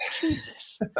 Jesus